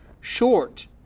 Short